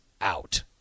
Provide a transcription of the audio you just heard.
out